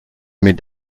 mit